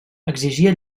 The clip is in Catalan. exigia